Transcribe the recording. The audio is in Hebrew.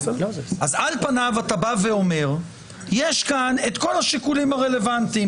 על פניו אתה בא ואומר שיש כאן את כל השיקולים הרלוונטיים,